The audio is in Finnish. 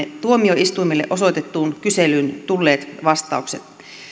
tuomioistuimille osoitettuun kyselyyn tulleet vastaukset